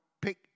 pick